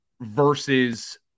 versus